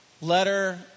letter